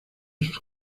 sus